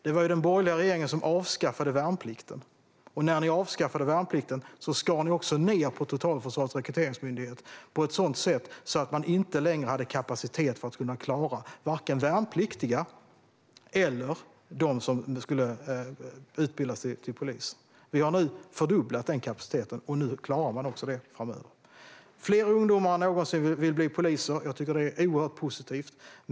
Det var ju den borgerliga regeringen som avskaffade värnplikten, och när ni gjorde det skar ni också ned på Totalförsvarets rekryteringsmyndighet på ett sådant sätt att man inte längre hade kapacitet för att kunna klara vare sig värnpliktiga eller dem som skulle utbilda sig till polis. Vi har nu fördubblat kapaciteten, och nu klarar man detta framöver. Fler ungdomar än någonsin vill bli poliser. Jag tycker att det är oerhört positivt.